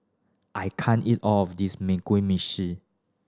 I can't eat all of this meshi